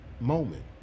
Moment